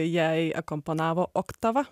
jai akompanavo oktava